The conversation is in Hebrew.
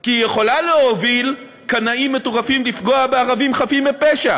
כי היא יכולה להוביל קנאים מטורפים לפגוע בערבים חפים מפשע.